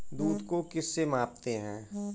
दूध को किस से मापते हैं?